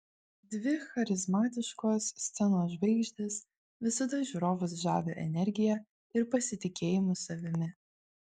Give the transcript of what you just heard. dvi charizmatiškos scenos žvaigždės visada žiūrovus žavi energija ir pasitikėjimu savimi